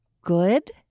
good